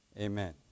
Amen